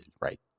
right